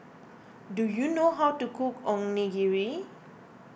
do you know how to cook Onigiri